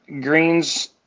greens